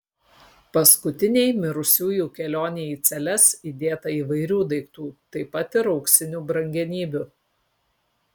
paskutinei mirusiųjų kelionei į celes įdėta įvairių daiktų taip pat ir auksinių brangenybių